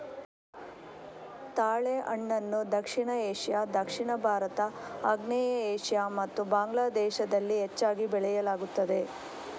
ತಾಳೆಹಣ್ಣನ್ನು ದಕ್ಷಿಣ ಏಷ್ಯಾ, ದಕ್ಷಿಣ ಭಾರತ, ಆಗ್ನೇಯ ಏಷ್ಯಾ ಮತ್ತು ಬಾಂಗ್ಲಾ ದೇಶದಲ್ಲಿ ಹೆಚ್ಚಾಗಿ ಬೆಳೆಯಲಾಗುತ್ತದೆ